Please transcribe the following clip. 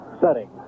setting